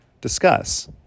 discuss